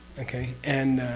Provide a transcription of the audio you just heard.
okay? and.